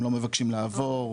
הם לא מבקשים לעבור.